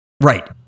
Right